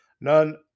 None